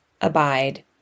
abide